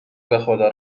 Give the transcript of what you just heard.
بخدا